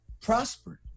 prospered